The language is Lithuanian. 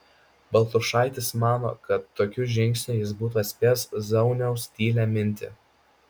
baltrušaitis mano kad tokiu žingsniu jis būtų atspėjęs zauniaus tylią mintį